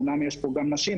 אמנם יש פה נשים,